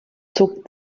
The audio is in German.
zog